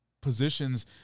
positions